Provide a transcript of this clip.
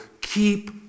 Keep